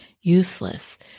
useless